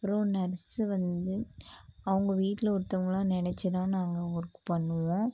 அப்புறோம் நர்ஸு வந்து அவங்க வீட்டில் ஒருந்தவங்களா நினச்சிதான் நாங்கள் ஒர்க் பண்ணுவோம்